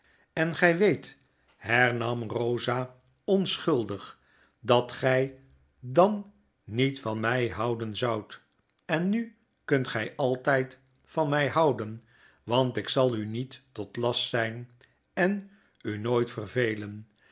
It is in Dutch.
en gy weet hernam bosa onschuldig dat gfl dan niet van my houden zoudt ennukunt gy altyd van mij houden want ik zal u niet tot last zyn en u nooit vervelen